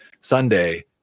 Sunday